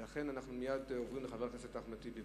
ולכן אנחנו מייד עוברים לחבר הכנסת אחמד טיבי.